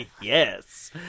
Yes